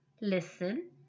listen